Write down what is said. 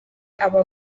aba